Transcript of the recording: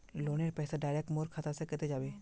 लोनेर पैसा डायरक मोर खाता से कते जाबे?